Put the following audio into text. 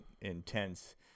intense